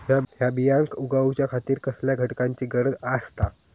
हया बियांक उगौच्या खातिर कसल्या घटकांची गरज आसता?